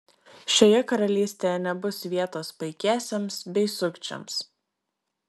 šioje karalystėje nebus vietos paikiesiems bei sukčiams